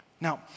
Now